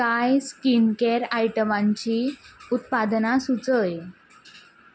कांय skin care आयटमांची उत्पादनां सुचय